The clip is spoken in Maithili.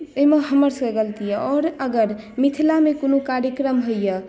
एहिमे हमरसभके गलती यए आओर अगर मिथिलामे कोनो कार्यक्रम होइए